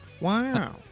Wow